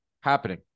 happening